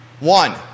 One